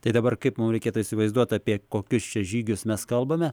tai dabar kaip mum reikėtų įsivaizduot apie kokius čia žygius mes kalbame